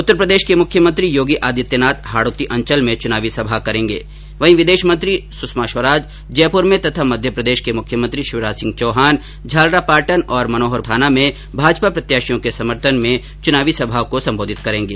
उत्तर प्रदेश के मुख्यमंत्री योगी आदित्यनाथ हाडोती अंचल में चुनावी सभा करेंगे वहीं विदेश मंत्री सुषमा स्वराज जयपुर में तथा मध्यप्रदेश के मुख्यमंत्री शिवराज सिंह चौहान झलरापाटन और मनोहरथाना में भाजपा प्रत्याशियों के समर्थन में चुनावी सभा को संबोधित करेंगे